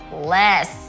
less